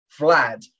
Vlad